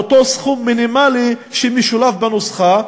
לאותו סכום מינימלי שמשולב בנוסחה,